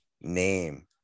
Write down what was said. name